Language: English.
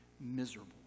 miserable